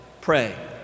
Pray